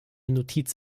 notiz